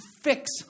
fix